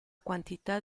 quantità